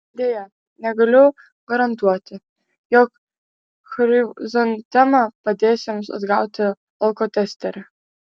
deja negaliu garantuoti jog chrizantema padės jums apgauti alkotesterį